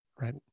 right